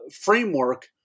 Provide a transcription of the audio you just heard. framework